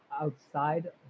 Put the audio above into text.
outside